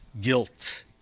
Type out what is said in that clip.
guilt